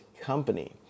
company